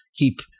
keep